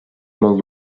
molt